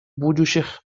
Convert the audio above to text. будущих